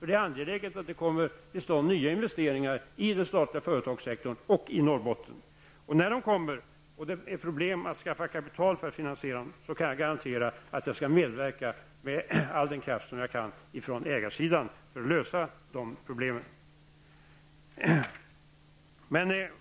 Det är angeläget att det kommer till stånd nya investeringar i den statliga företagssektorn och i Norrbotten. När de kommer och man får problem med att skaffa kapital för att finansiera dem, kan jag garantera att jag skall medverka med all den kraft jag kan från ägarsidan för att lösa de problemen.